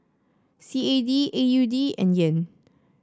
C A D A U D and Yen